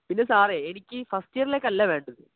പിന്നെ സാറെ എനിക്കീ ഫസ്റ്റ് ഇയറിലേക്കല്ല വേണ്ടത്